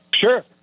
Sure